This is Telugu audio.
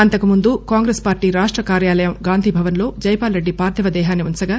అంతకుముందు కాంగ్రెస్ పార్టీ రాష్ట కార్యాలయం గాంధీభవన్ లో జైపాల్ రెడ్డి పార్థివ దేహాన్ని ఉంచగా